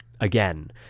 again